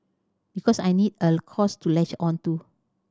because I need a cause to latch on to